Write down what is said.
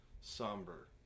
somber